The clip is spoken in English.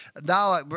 Now